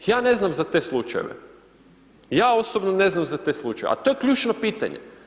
Ja ne znam za te slučajeve, ja osobno ne znam za te slučajeve, a to je ključno pitanje.